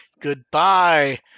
goodbye